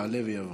יעלה ויבוא.